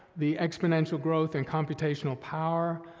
the exponential growth and computational power,